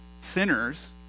sinners